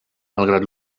malgrat